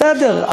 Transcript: בסדר,